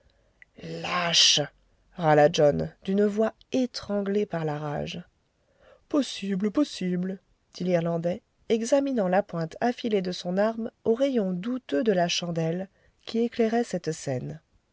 lâches râla john d'une voix étranglée par la rage possible possible dit l'irlandais examinant la pointe affilée de son arme aux rayons douteux de la chandelle qui éclairait cette scène